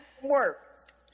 work